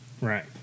Right